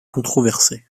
controversée